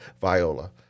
Viola